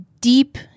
deep